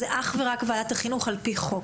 זה אך ורק ועדת החינוך על פי חוק.